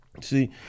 See